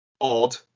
Odd